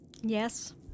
yes